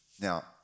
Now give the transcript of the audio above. Now